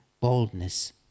boldness